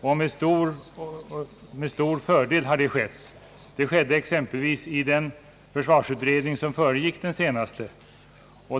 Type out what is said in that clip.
Det har skett med stor fördel. Det skedde exempelvis i den försvarsutredning som föregick den senaste.